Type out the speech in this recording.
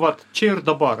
vat čia ir dabar